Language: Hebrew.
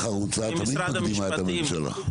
ועדה חרוצה תמיד מקדימה את הממשלה.